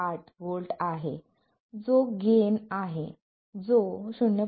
8 V आहे जो gain आहे जो 0